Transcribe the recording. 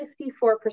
54%